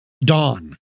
dawn